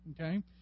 okay